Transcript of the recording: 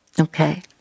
Okay